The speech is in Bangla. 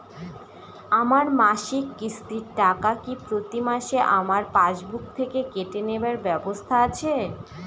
আমার মাসিক কিস্তির টাকা কি প্রতিমাসে আমার পাসবুক থেকে কেটে নেবার ব্যবস্থা আছে?